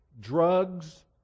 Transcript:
drugs